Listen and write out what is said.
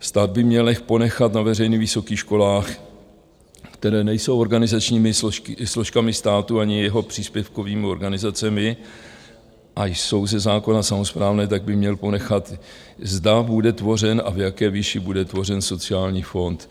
Stát by měl ponechat na veřejných vysokých školách, které nejsou organizačními složkami státu ani jeho příspěvkovými organizacemi a jsou ze zákona samosprávné, zda bude tvořen a v jaké výši bude tvořen sociální fond.